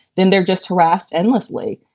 then they're just harassed endlessly.